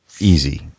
easy